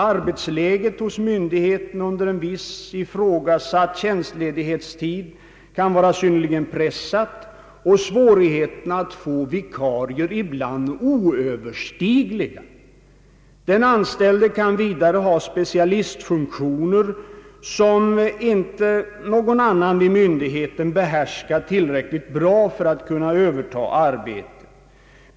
Arbetsläget hos myndigheten under en viss ifrågasatt tjänstledighetstid kan vara synnerligen pressat och svårigheterna att få vikarier ibland oöverstigliga. Den anställde kan vidare ha specialistfunktioner, som inte någon annan vid myndigheten behärskar tillräckligt bra för att kunna överta arbetet.